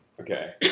Okay